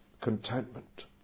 contentment